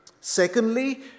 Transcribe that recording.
Secondly